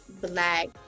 Black